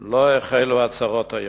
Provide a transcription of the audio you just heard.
לא החלו היום.